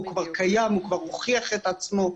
הוא כבר קיים, הוא כבר הוכיח את עצמו.